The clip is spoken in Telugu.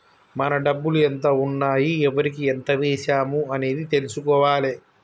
మన డబ్బులు ఎంత ఉన్నాయి ఎవరికి ఎంత వేశాము అనేది తెలుసుకోవాలే